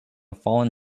fallen